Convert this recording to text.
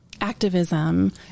activism